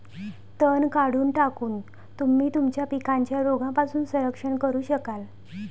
तण काढून टाकून, तुम्ही तुमच्या पिकांचे रोगांपासून संरक्षण करू शकाल